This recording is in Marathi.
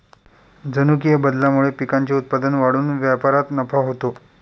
जनुकीय बदलामुळे पिकांचे उत्पादन वाढून व्यापारात नफा होतो